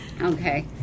Okay